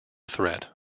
threat